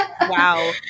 Wow